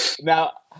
now